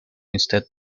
instead